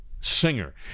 Singer